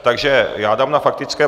Takže já dám na faktické...